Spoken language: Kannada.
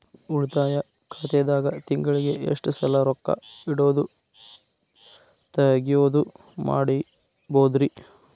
ಉಳಿತಾಯ ಖಾತೆದಾಗ ತಿಂಗಳಿಗೆ ಎಷ್ಟ ಸಲ ರೊಕ್ಕ ಇಡೋದು, ತಗ್ಯೊದು ಮಾಡಬಹುದ್ರಿ?